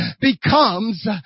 becomes